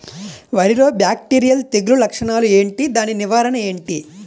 వరి లో బ్యాక్టీరియల్ తెగులు లక్షణాలు ఏంటి? దాని నివారణ ఏంటి?